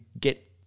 get